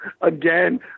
again